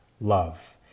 love